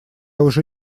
уже